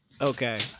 okay